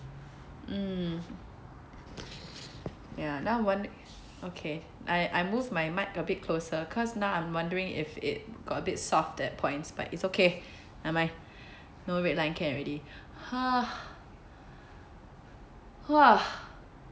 mm ya that one okay I I moved my mic a bit closer cause now I'm wondering if it got a bit soft at points but it's okay nevermind no red line can already !huh! !wah!